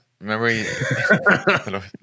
Remember